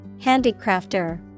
Handicrafter